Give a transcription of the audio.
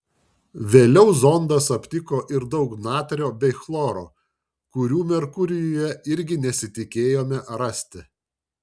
vėliau zondas aptiko ir daug natrio bei chloro kurių merkurijuje irgi nesitikėjome rasti